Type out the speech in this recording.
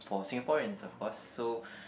for Singaporeans of course so